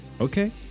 okay